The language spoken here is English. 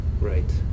right